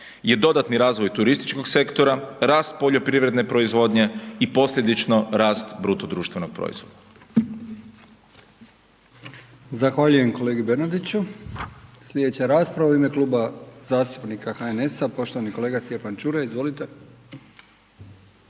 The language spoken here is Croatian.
je dodatni razvoj turističkog sektora, rast poljoprivredne proizvodnje i posljedično, rast BDP-a. **Brkić, Milijan (HDZ)** Zahvaljujem kolegi Bernardiću. Sljedeća rasprava u ime Kluba zastupnika HNS-a, poštovani kolega Stjepan Čuraj, izvolite.